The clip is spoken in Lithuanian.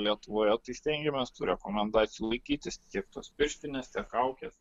lietuvoje tai stengiamės tų rekomendacijų laikytis tiek tos pirštinės tiek kaukės